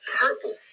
Purple